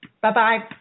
Bye-bye